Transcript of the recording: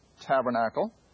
tabernacle